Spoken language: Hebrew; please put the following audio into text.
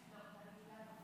ברגילה לא.